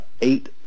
eight